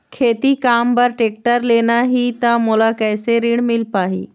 खेती काम बर टेक्टर लेना ही त मोला कैसे ऋण मिल पाही?